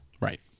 Right